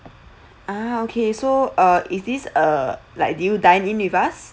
ah okay so uh is this uh like do you dine in with us